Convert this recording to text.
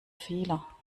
fehler